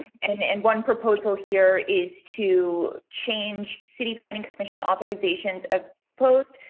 and and one proposal here is to change city and commission authorizations as post,